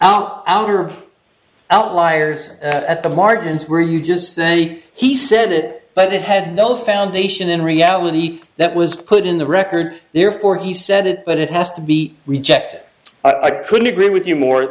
outliers at the margins where you just say he said it but it had no foundation in reality that was put in the record therefore he said it but it has to be rejected i couldn't agree with you more